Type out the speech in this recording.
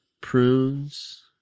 Prunes